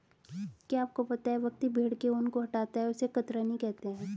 क्या आपको पता है व्यक्ति भेड़ के ऊन को हटाता है उसे कतरनी कहते है?